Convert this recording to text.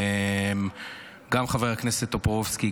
גם חבר הכנסת טופורובסקי,